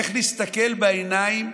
איך נסתכל בעיניים